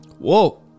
Whoa